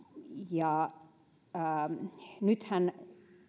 nythän